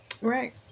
Right